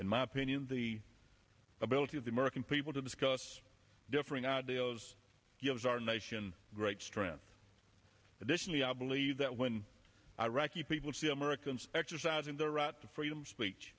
in my opinion the ability of the american people to discuss differing ideas gives our nation great strength additionally i believe that when iraqi people see americans exercising their right to freedom of speech